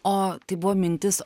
o tai buvo mintis